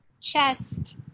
chest